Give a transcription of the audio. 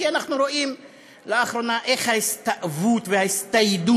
כי אנחנו רואים לאחרונה איך ההסתאבות וההסתיידות